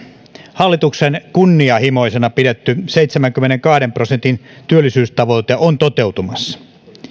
hallituksen kunnianhimoisena pidetty seitsemänkymmenenkahden prosentin työllisyystavoite on toteutumassa